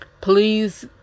please